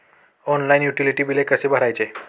Online utility बिले कसे भरायचे?